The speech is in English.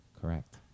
Correct